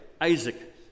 Isaac